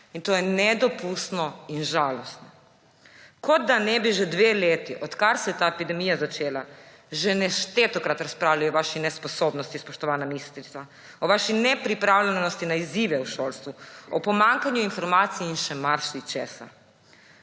To je nedopustno in žalostno. Kot da ne bi že dve leti, odkar se je ta epidemija začela, že neštetokrat razpravljali o vaši nesposobnosti, spoštovana ministrica, o vaši nepripravljenosti na izzive v šolstvu, o pomanjkanju informacij in še marsičesa.